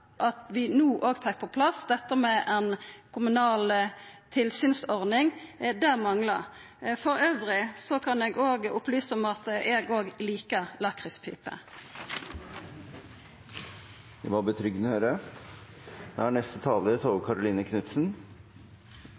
at vi no fekk på plass dette med ei kommunal tilsynsordning. Det manglar. Elles kan eg opplysa om at eg òg likar lakrispipe. Det var